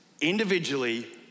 Individually